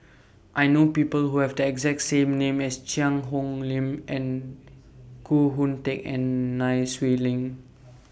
I know People Who Have The exacting name as Cheang Hong Lim and Koh Hoon Teck and Nai Swee Leng